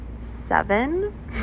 seven